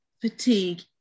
fatigue